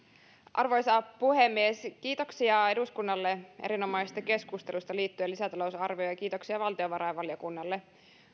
arvoisa puhemies kiitoksia eduskunnalle erinomaisesta keskustelusta liittyen lisätalousarvioon ja kiitoksia valtiovarainvaliokunnalle